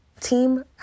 Team